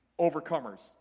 overcomers